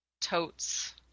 Totes